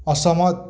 ଅସହମତ